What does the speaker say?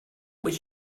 would